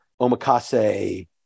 omakase